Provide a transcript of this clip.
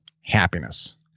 happiness